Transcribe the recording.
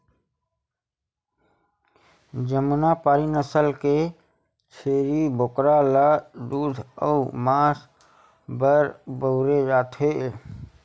जमुनापारी नसल के छेरी बोकरा ल दूद अउ मांस बर बउरे जाथे